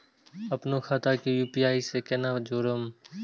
अपनो खाता के यू.पी.आई से केना जोरम?